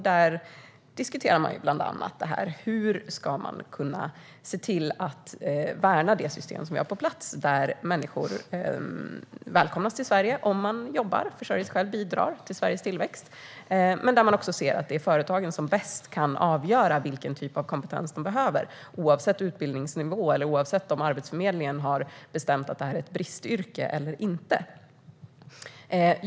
Där diskuterades bland annat hur man ska kunna värna det system som vi har på plats, där människor välkomnas till Sverige om de jobbar, försörjer sig själva och bidrar till Sveriges tillväxt och där man ser att det är företagen som bäst kan avgöra vilken typ av kompetens de behöver, oavsett utbildningsnivå eller om Arbetsförmedlingen har bestämt att det är ett bristyrke eller inte.